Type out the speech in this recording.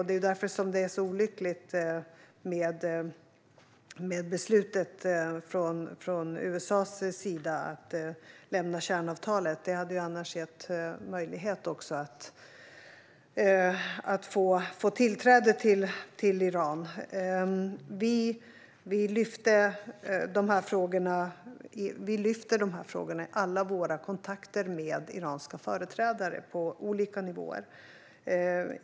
Det är därför som det är så olyckligt med beslutet från USA:s sida att lämna kärnavtalet. Det hade annars funnits möjlighet att få tillträde till Iran. Vi lyfter fram de här frågorna i alla våra kontakter med iranska företrädare på olika nivåer.